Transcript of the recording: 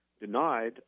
denied